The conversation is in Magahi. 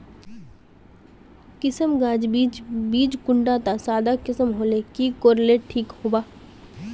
किसम गाज बीज बीज कुंडा त सादा किसम होले की कोर ले ठीक होबा?